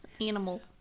Animal